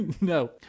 No